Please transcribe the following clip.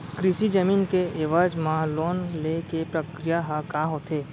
कृषि जमीन के एवज म लोन ले के प्रक्रिया ह का होथे?